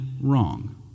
wrong